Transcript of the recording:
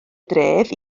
dref